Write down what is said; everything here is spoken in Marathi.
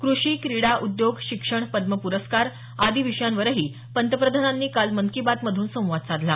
कृषी क्रीडा उद्योग शिक्षण पद्म प्रस्कार आदी विषयांवरही पंतप्रधानांनी काल मन की बात मधून संवाद साधला